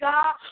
God